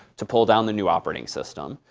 to pull down the new operating system.